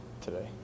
today